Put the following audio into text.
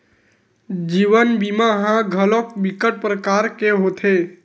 जीवन बीमा ह घलोक बिकट परकार के होथे